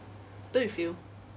don't you feel